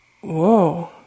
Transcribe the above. whoa